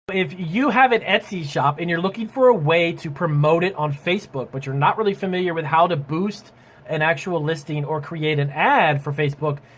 if you have an etsy shop and your looking for a way to promote it on facebook but you're not really familiar with how to boost an actual listing or create an ad for facebook,